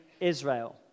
Israel